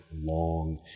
long